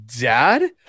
dad